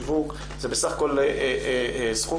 זה בסך הכול הסכמי השיווק.